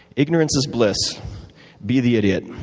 ignorance is bliss be the idiot.